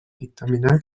dictaminar